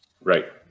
right